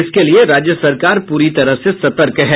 इसके लिए राज्य सरकार पूरी तरह से सतर्क है